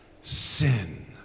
sin